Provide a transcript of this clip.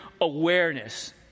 awareness